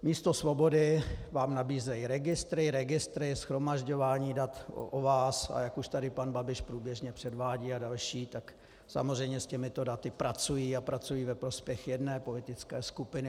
Místo svobody vám nabízejí registry, registry, shromažďování dat o vás, a jak už tady pan Babiš a další průběžně předvádějí, tak samozřejmě s těmito daty pracují, a pracují ve prospěch jedné politické skupiny.